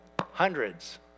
hundreds